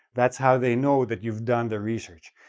that's how they know that you've done the research.